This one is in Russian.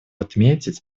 отметить